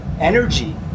energy